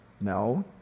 No